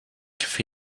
cafe